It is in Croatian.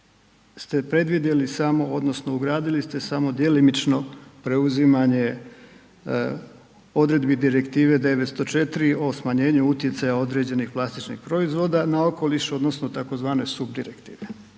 ste predvidjeli samo odnosno ugradili ste samo djelomično preuzimanje odredbi Direktive 904 o smanjenju utjecaja određenih plastičnih proizvoda na okoliš odnosno tzv. subdirektive